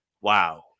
wow